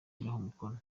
umukono